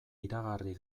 iragarri